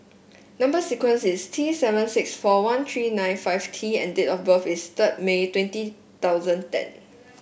number sequence is T seven six four one three nine five T and date of birth is third May twenty thousand ten